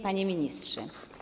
Panie Ministrze!